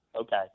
Okay